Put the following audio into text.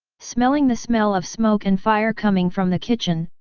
smelling the smell of smoke and fire coming from the kitchen,